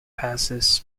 passes